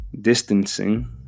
distancing